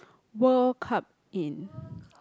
World Cup in